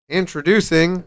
introducing